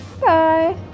Bye